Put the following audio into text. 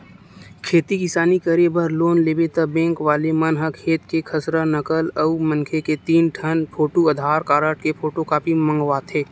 खेती किसानी करे बर लोन लेबे त बेंक वाले मन ह खेत के खसरा, नकल अउ मनखे के तीन ठन फोटू, आधार कारड के फोटूकापी मंगवाथे